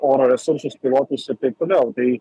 oro resursus pilotus ir taip toliau tai